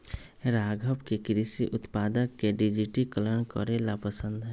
राघव के कृषि उत्पादक के डिजिटलीकरण करे ला पसंद हई